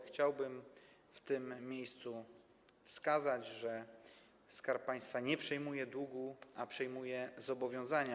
Chciałbym w tym miejscu wskazać, że Skarb Państwa nie przejmuje długu, a przejmuje zobowiązania.